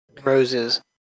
Rose's